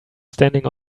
standing